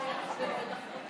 אוקיי, תודה, חברים.